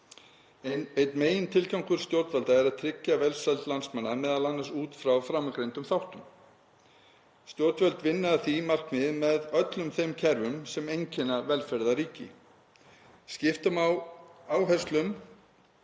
Einn megintilgangur stjórnvalda er að tryggja velsæld landsmanna, m.a. út frá framangreindum þáttum. Stjórnvöld vinna að því markmiði með öllum þeim kerfum sem einkenna velferðarríki. Skipta má áhrifum